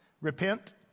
repent